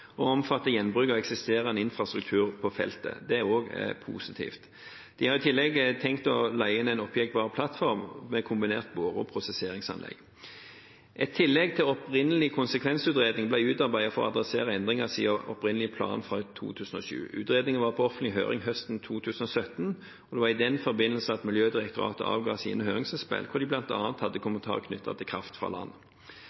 gjenbruk av eksisterende infrastruktur på feltet. Det er også positivt. De har i tillegg tenkt å leie inn en oppjekkbar plattform med kombinert bore- og prosesseringsanlegg. Et tillegg til opprinnelig konsekvensutredning ble utarbeidet for å adressere endringer siden opprinnelig plan fra 2007. Utredningen var på offentlig høring høsten 2017, og det var i den forbindelse at Miljødirektoratet avga sine høringsinnspill, hvor de bl.a. hadde